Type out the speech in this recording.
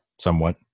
somewhat